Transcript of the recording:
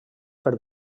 per